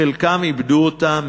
חלקם איבדו אותה,